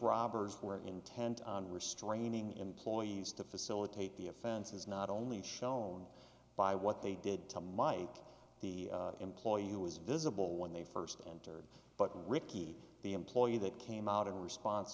robbers were intent on restraining the employees to facilitate the offense is not only shown by what they did to mike the employee who was visible when they first entered but ricky the employee that came out in response